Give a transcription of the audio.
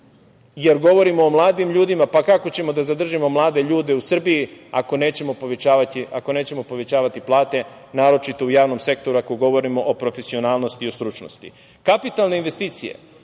jer govorimo o mladim ljudima, pa kako ćemo da zadržimo mlade ljude u Srbije nećemo povećavati plate, naročito u javnom sektoru, ako govorimo o profesionalnosti i o stručnosti. Kapitalne investicije,